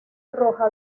roja